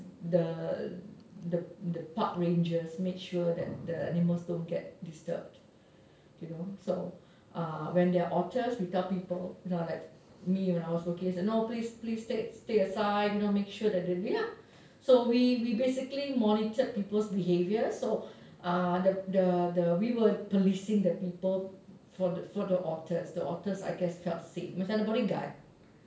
the the the park rangers make sure that the animals don't get disturbed you know so uh when there are otters we tell people me when I was located you know like me when I was located no please please stay aside you know make sure ya we basically monitored people's behaviours so uh the the we were policing the people for the otters the otters I guess felt safe macam ada bodyguard